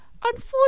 Unfortunately